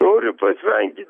noriu pasveikint